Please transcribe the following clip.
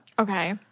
Okay